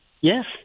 Yes